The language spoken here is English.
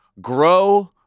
grow